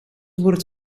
wordt